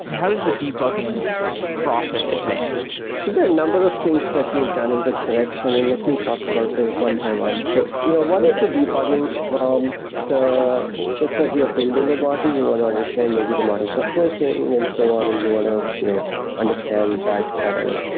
how does the debugging process advanced? so there are a number of things that we've done in this direction, and like we talk about those one by one. so you know one is the debugging from the just as you're building a model, you want to understand maybe the model is not working and so on and you want to you know understand that better.